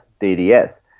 DDS